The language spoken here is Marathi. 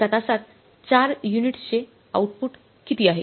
एका तासात 4 युनिट्सचे आउटपुट किती आहे